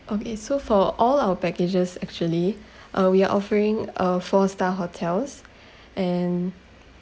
okay so for all our packages actually uh we are offering a four star hotels and